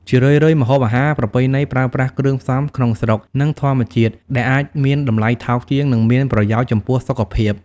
ជារឿយៗ ម្ហូបអាហារប្រពៃណីប្រើប្រាស់គ្រឿងផ្សំក្នុងស្រុក និងធម្មជាតិ ដែលអាចមានតម្លៃថោកជាង និងមានប្រយោជន៍ចំពោះសុខភាព។